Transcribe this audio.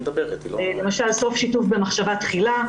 למשל, סוף שיתוף במחשבה תחילה.